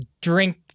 drink